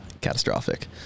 catastrophic